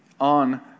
on